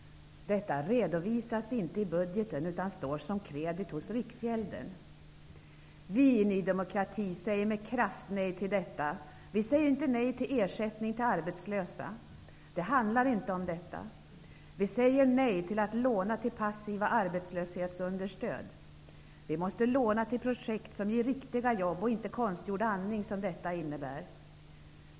Detta redovisas inte i budgeten, utan står som kredit hos riksgälden. Vi i Ny demokrati säger med kraft nej till detta. Vi säger inte nej till ersättning till arbetslösa. Det handlar inte om detta. Vi säger nej till att låna till passiva arbetslöshetsunderstöd. Vi måste låna till projekt som ger riktiga jobb, inte till konstgjord andning, som detta innebär.